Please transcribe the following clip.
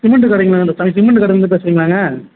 cement கடைங்களா இந்த தம்பி சிமெண்ட்டு கடைலிருந்து பேசுகிறீங்களாங்க